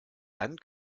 dann